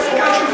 יש חוקים